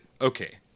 Okay